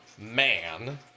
man